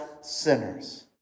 sinners